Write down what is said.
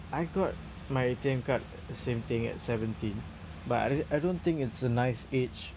I got my A_T_M card the same thing at seventeen but I di~ I don't think it's a nice age